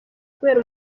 kubera